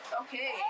Okay